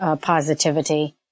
positivity